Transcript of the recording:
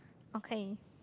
okay